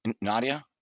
Nadia